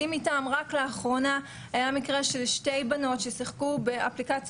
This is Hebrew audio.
השכיבה אותה על המיטה בדירה הוירטואלית וביצעה בה מעשים מגונים.